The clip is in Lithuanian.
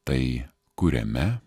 tai kuriame